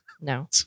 No